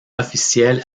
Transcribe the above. officiel